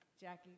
Jackie